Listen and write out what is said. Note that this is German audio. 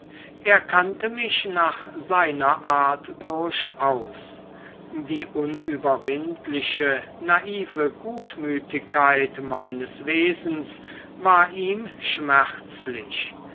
er kannte mich nach seiner art durchaus die unüberwindliche naive gutmütigkeit meines wesens war ihm schmerzlich